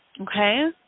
okay